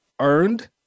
earned